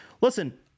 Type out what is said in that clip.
listen